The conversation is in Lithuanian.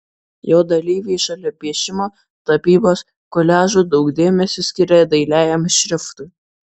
jo dalyviai šalia piešimo tapybos koliažų daug dėmesio skiria dailiajam šriftui